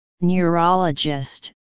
neurologist